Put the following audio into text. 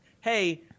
Hey